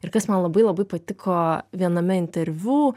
ir kas man labai labai patiko viename interviu